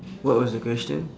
what was the question